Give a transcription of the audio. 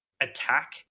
attack